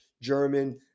German